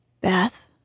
Beth